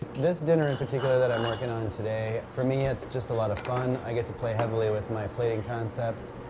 this dinner in particular that i'm working on today, for me it's just a lot of fun. i get to play heavily with my plating concepts.